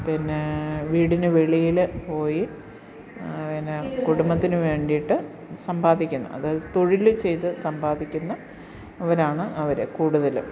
പിന്നേ വീടിന് വെളിയിൽ പോയി പിന്നെ കുടുംബത്തിന് വേണ്ടിയിട്ട് സാമ്പാദിക്കുന്നു അതായത് തൊഴിൽ ചെയ്തു സാമ്പാദിക്കുന്നവനാണ് അവർ കൂടുതലും